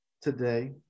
today